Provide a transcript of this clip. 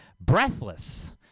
Breathless